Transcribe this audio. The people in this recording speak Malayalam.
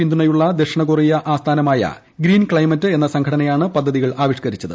പിന്തുണയുള്ള ദക്ഷിണ കൊറിയ ആസ്ഥാനമായ ഗ്രീൻ ക്ലൈമറ്റ് എന്ന സംഘടനയാണ് പദ്ധതികൾ ആവിഷ്ക്കരിച്ചത്